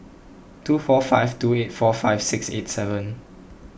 two four five two eight four five six eight seven